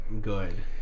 good